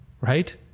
right